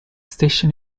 station